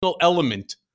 element